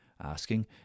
asking